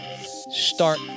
start